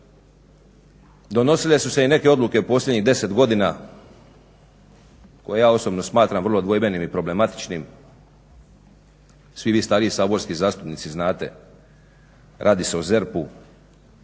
donosile su se i neke odluke u posljednjih 10 godina koje ja osobno smatram vrlo dvojbenim i problematičnim, svi vi stariji saborski zastupnici znate radi se o ZERP-u.